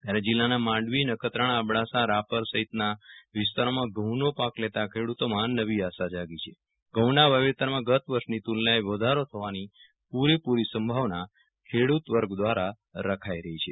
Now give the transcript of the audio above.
ત્યારે જીલ્લા નાં માંડવી નખત્રાણા અબેડાસા રાપર સહિતનાં વિસ્તારોમાં ઘઉંનો પાક લેતા ખેડૂતોમાં નવી આશા જાગી છે ઘઉંના વાવતેરમાં હત વર્ષની તુલનાએ વધારો થવાના પુરેપુરી સંભવના ખેડૂત વર્ગ દ્વારા રખાઈ રહી છે